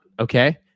okay